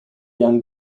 young